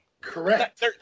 Correct